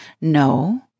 No